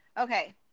Okay